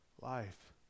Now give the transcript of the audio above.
life